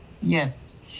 Yes